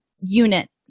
unit